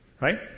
right